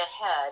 ahead